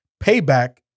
Payback